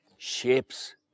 Shapes